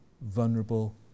vulnerable